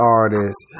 artists